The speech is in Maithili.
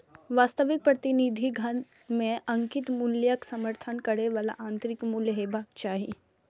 वास्तविक प्रतिनिधि धन मे अंकित मूल्यक समर्थन करै बला आंतरिक मूल्य हेबाक चाही